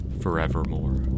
forevermore